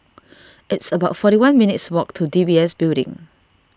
it's about forty one minutes' walk to D B S Building